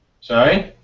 Sorry